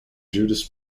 judas